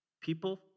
people